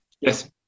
Yes